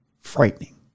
frightening